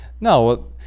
no